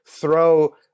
throw